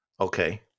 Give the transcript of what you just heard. Okay